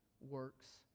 works